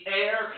air